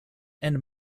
and